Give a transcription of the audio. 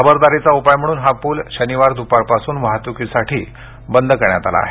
खबरदारीचा उपाय म्हणून हा पूल शनिवार दुपारपासून वाहतुकीसाठी बंद करण्यात आला आहे